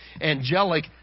angelic